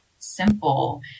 simple